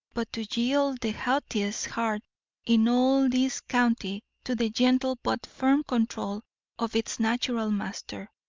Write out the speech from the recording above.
but to yield the haughtiest heart in all this county to the gentle but firm control of its natural master.